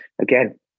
again